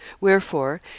Wherefore